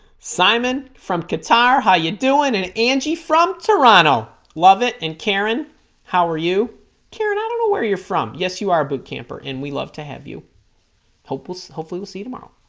simon from qatar how you doing and angie from toronto love it and karen how are you karen i don't know where you're from yes you are boot camper and we love to have you hopefully hopefully we'll see you tomorrow